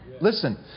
Listen